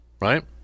right